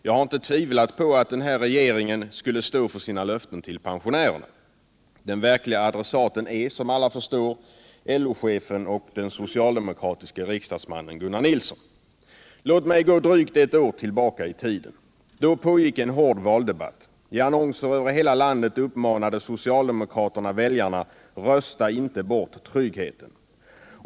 Jag har inte tvivlat på att den här regeringen skulle stå för sina löften till pensionärerna. Den verkliga adressaten är, som alla förstår, LO-chefen och den socialdemokratiska riksdagsmannen Gunnar Nilsson. Låt mig gå drygt ett år tillbaka i tiden. Då pågick en hård valdebatt. I annonser över hela landet uppmanade socialdemokraterna väljarna: Rösta inte bort tryggheten.